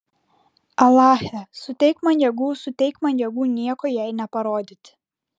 alache suteik man jėgų suteik man jėgų nieko jai neparodyti